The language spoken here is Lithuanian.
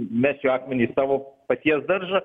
mesiu akmenį į savo paties daržą